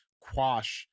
quash